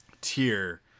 tier